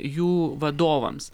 jų vadovams